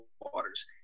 waters